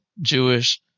Jewish